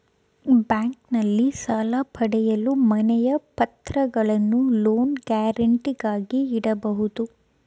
ಬ್ಯಾಂಕ್ನಲ್ಲಿ ಸಾಲ ಪಡೆಯಲು ಮನೆಯ ಪತ್ರಗಳನ್ನು ಲೋನ್ ಗ್ಯಾರಂಟಿಗಾಗಿ ಇಡಬಹುದು